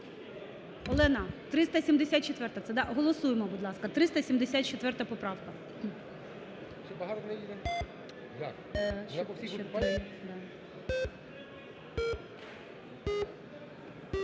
ласка, 374 поправка.